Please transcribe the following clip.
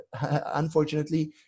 unfortunately